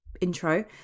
intro